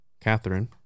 Catherine